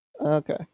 Okay